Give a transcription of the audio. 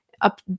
up